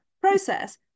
process